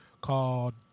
called